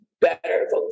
better